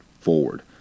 forward